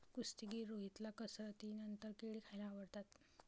कुस्तीगीर रोहितला कसरतीनंतर केळी खायला आवडतात